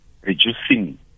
reducing